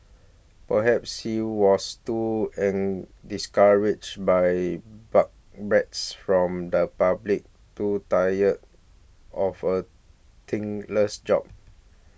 perhaps he was too in discouraged by but bricks from the public too tired of a thankless job